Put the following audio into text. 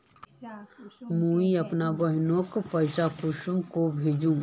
मुई अपना बहिनोक पैसा कुंसम के भेजुम?